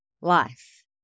life